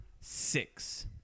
six